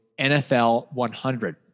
NFL100